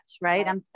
Right